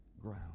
ground